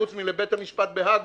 חוץ מבית המשפט בהאג,